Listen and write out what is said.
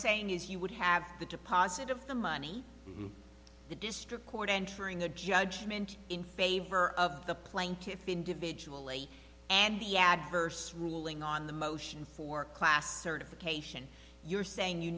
saying is you would have the deposit of the money the district court entering the judgment in favor of the plaintiffs individually and the adverse ruling on the motion for class certification you're saying you